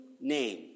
name